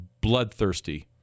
bloodthirsty